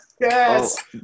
Yes